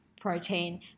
protein